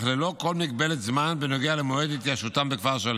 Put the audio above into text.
אך ללא כל מגבלת זמן בנוגע למועד התיישבותם בכפר שלם.